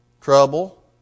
Trouble